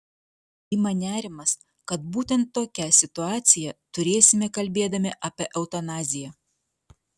ima nerimas kad būtent tokią situaciją turėsime kalbėdami apie eutanaziją